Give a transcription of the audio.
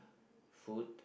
food